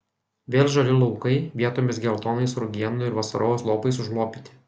vėl žali laukai vietomis geltonais rugienų ir vasarojaus lopais užlopyti